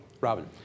Robin